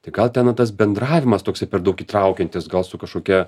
tai gal ten na tas bendravimas toksai per daug įtraukiantis gal su kašokia